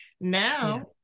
Now